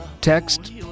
Text